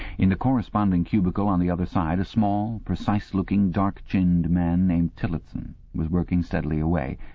in the corresponding cubicle on the other side a small, precise-looking, dark-chinned man named tillotson was working steadily away,